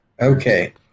okay